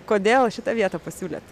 kodėl šitą vietą pasiūlėt